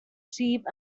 sheep